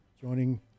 joining